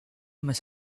must